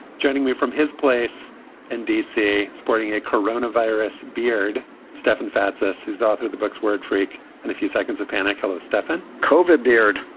joining me from his place in d c, sporting a corona virus beard stefan fatsis. his daughter, the books, word freak and a few seconds of panic. hello, stefan cova beard.